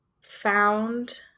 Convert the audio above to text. found